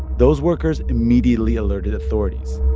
those workers immediately alerted authorities